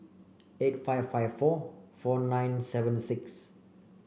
eight five five four four nine seven six